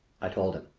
i told him.